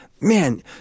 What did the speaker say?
man